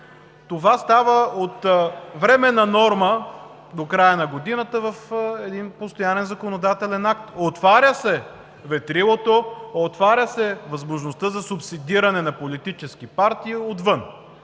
това става временна норма до края на годината в един постоянен законодателен акт. Отваря се ветрилото, отваря се възможността за субсидиране на политически партии отвън.